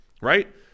right